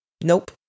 Nope